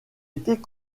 était